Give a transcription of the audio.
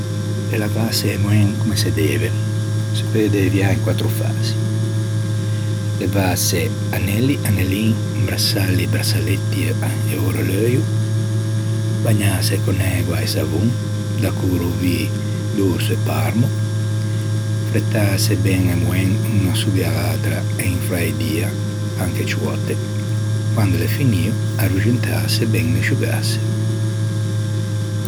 Pe lavâse e moen comme se deve se peu deuviâ in quattro fasi. Levâse anelli, anellin, brassalli e brassalletti e o releuio, bagnâse con ægua e savon da crovî dorso e parmo, frettâse ben e moen unna sovia l'atra e in fra e dia, anche ciù òtte. Quande l'é finio, arruxentâse ben e sciugâse.